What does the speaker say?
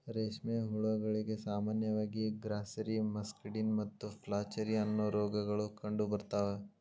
ರೇಷ್ಮೆ ಹುಳಗಳಿಗೆ ಸಾಮಾನ್ಯವಾಗಿ ಗ್ರಾಸ್ಸೆರಿ, ಮಸ್ಕಡಿನ್ ಮತ್ತು ಫ್ಲಾಚೆರಿ, ಅನ್ನೋ ರೋಗಗಳು ಕಂಡುಬರ್ತಾವ